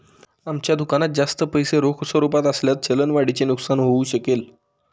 आमच्या दुकानात जास्त पैसे रोख स्वरूपात असल्यास चलन वाढीचे नुकसान होऊ शकेल